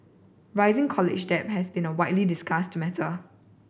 rising college debt has been a widely discussed matter